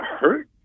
hurt